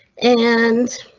and.